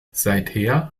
seither